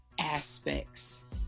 aspects